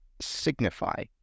signify